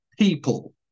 people